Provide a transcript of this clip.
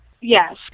Yes